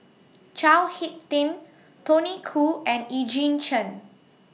Chao Hick Tin Tony Khoo and Eugene Chen